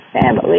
family